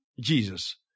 Jesus